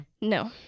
No